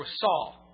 Saul